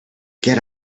get